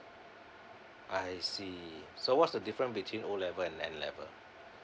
I see so what's the difference between o level and n level